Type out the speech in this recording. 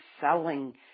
selling